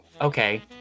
okay